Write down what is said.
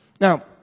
Now